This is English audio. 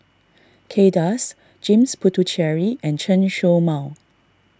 Kay Das James Puthucheary and Chen Show Mao